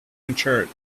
maturity